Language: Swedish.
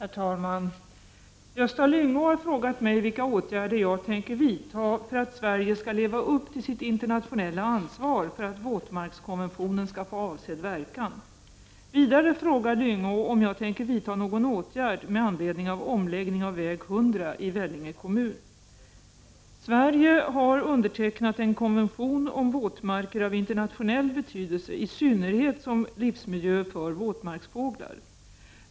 Herr talman! Gösta Lyngå har frågat mig vilka åtgärder jag tänker vidta för att Sverige skall leva upp till sitt internationella ansvar för att våtmarkskonventionen skall få avsedd verkan. Vidare frågar Lyngå om jag tänker vidta någon åtgård med anledning av omläggning av väg 100 i Vellinge kommun. Sverige har undertecknat en konvention om våtmarker av internationell betydelse i synnerhet som livsmiljö för våtmarksfåglar.